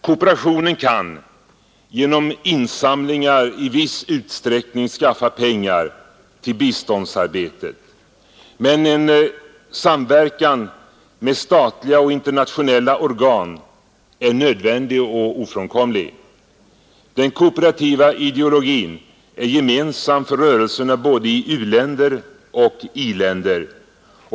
Kooperationen kan genom insamlingar i viss utsträckning skaffa pengar till biståndsarbetet, men en samverkan med statliga och internationella organ är nödvändig och ofrånkomlig. Den kooperativa ideologin är gemensam för rörelserna i både u-länder och i-länder.